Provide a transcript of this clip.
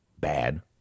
bad